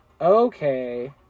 okay